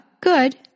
good